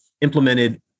implemented